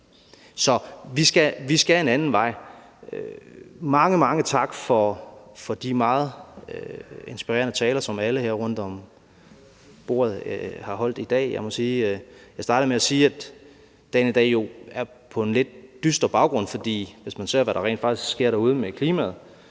Så vi skal en anden vej. Mange, mange tak for de meget inspirerende taler, som alle her rundt om bordet har holdt i dag. Jeg startede med at sige, at dagen i dag jo har en lidt dyster baggrund, hvis man ser, hvad der rent faktisk sker derude med klimaet.